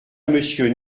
monsieur